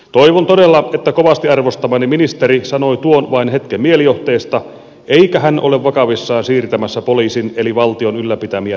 toivon todella että kovasti arvostamani ministeri sanoi tuon vain hetken mielijohteesta eikä ole vakavissaan siirtämässä poliisin eli valtion ylläpitämiä tehtäviä kunnille